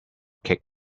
kick